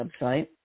website